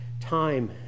time